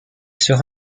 sera